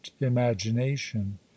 imagination